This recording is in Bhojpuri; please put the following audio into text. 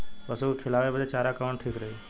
पशु के खिलावे बदे चारा कवन ठीक रही?